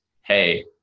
Hey